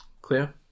Clear